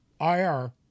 IR